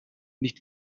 nicht